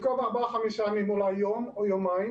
במקום 4 או 5 ימים, אולי יום או יומיים,